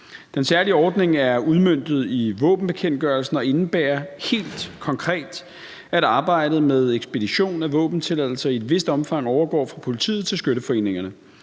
Den særlige ordning er udmøntet i våbenbekendtgørelsen og indebærer helt konkret, at arbejdet med ekspedition af våbentilladelser i et vist omfang overgår fra politiet til skytteforeningerne.